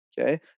Okay